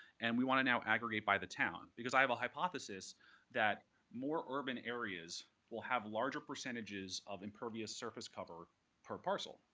and we want to now aggregate by the town. because i have a hypothesis that more urban areas will have larger percentages of impervious surface cover per parcel.